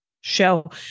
show